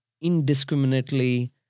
indiscriminately